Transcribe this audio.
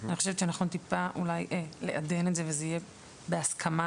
אני חושבת שנכון טיפה אולי לעדן את זה ושזה יהיה בהסכמת